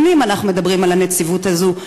שנים אנחנו מדברים על הנציבות הזו,